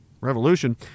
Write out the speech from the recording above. revolution